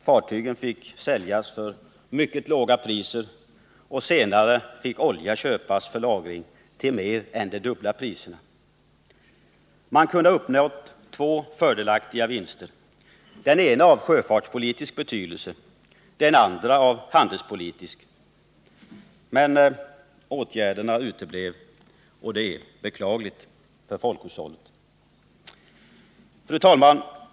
Fartygen fick säljas för mycket låga priser och senare fick olja för lagring köpas till mer än dubbla priser. Man kunde ha vunnit två positiva syften — det ena av sjöfartspolitisk betydelse, det andra av handelspolitisk. Åtgärderna uteblev, och det är beklagligt för folkhushållet. Fru talman!